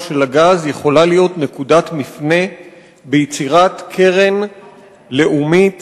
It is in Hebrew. של הגז יכולה להיות נקודת מפנה ביצירת קרן לאומית